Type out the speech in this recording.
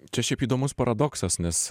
čia šiaip įdomus paradoksas nes